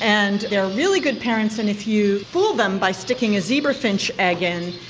and they are really good parents, and if you fool them by sticking a zebra finch egg in,